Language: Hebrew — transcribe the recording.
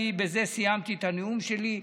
בזה סיימתי את הנאום שלי.